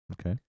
Okay